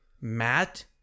Matt